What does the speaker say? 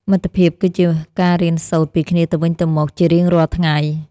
មិត្តភាពគឺជាការរៀនសូត្រពីគ្នាទៅវិញទៅមកជារៀងរាល់ថ្ងៃ។